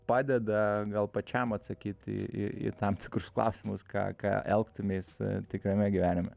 padeda gal pačiam atsakyt į į į tam tikrus klausimus ką ką elgtumeis tikrame gyvenime